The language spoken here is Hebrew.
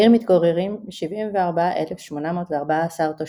בעיר מתגוררים 74,814 תושבים.